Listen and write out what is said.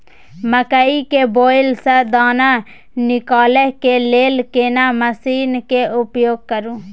मकई के बाईल स दाना निकालय के लेल केना मसीन के उपयोग करू?